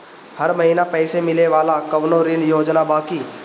हर महीना पइसा मिले वाला कवनो ऋण योजना बा की?